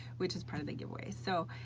which is part of the giveaway. so,